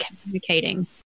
communicating